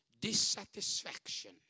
dissatisfaction